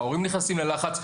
ההורים נכנסים ללחץ.